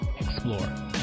explore